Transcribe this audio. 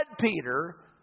Peter